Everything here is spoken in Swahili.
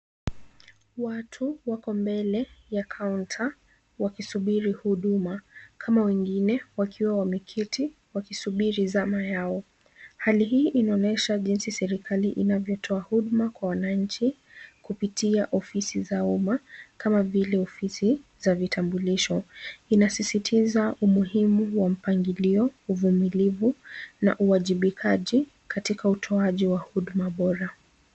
Watu wako mbele ya kaunta, wakisubiri huduma, kama wengine wakiwa wameketi wakisubiri zama yao. Hali hii inaonyesha jinsi serikali inavyotoa huduma kwa wananchi, kupitia ofisi za umma, kama vile ofisi za vitambulisho. Inasisitiza umuhimu wa mpangilio uvumilivu, na uwajibikaji katika utoaji wa huduma bora.